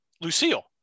Lucille